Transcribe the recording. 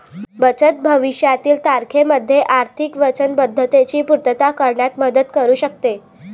बचत भविष्यातील तारखेमध्ये आर्थिक वचनबद्धतेची पूर्तता करण्यात मदत करू शकते